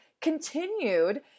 continued